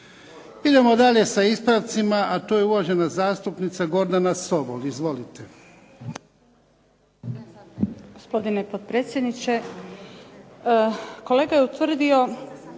Idemo dalje sa ispravcima, a to je uvažena zastupnica Gordana Sobol. Izvolite. **Sobol, Gordana (SDP)** Gospodine potpredsjedniče. Kolega je utvrdio,